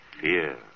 fear